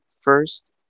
first